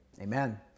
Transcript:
Amen